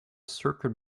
circuit